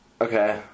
okay